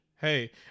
Hey